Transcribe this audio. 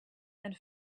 and